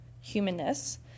humanness